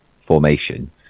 formation